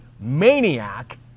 maniac